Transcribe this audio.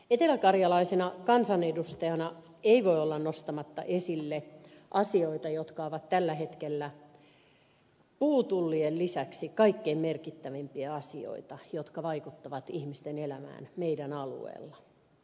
eteläkarjalaisena kansanedustajana ei voi olla nostamatta esille asioita jotka ovat tällä hetkellä puutullien lisäksi kaikkein merkittävimpiä asioita jotka vaikuttavat ihmisten elämään meidän alueellamme